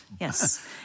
Yes